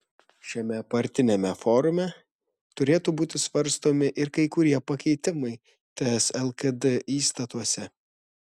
šiame partiniame forume turėtų būti svarstomi ir kai kurie pakeitimai ts lkd įstatuose